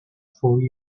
through